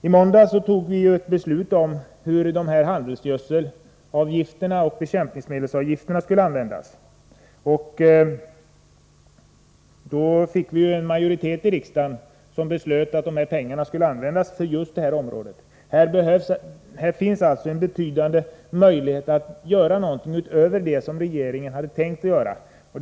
I måndags fattade vi ju beslut om vad avgifterna för handelsgödsel och bekämpningsmedel skall användas till. En majoritet i riksdagen beslöt att pengarna skall användas till åtgärder på just detta område. Här finns alltså en betydande möjlighet att göra någonting, utöver det som regeringen hade tänkt att göra.